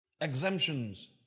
exemptions